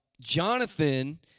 Jonathan